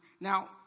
Now